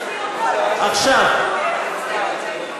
לא רוצים אותו בגלל שהוא ישראלי יוצא אתיופיה.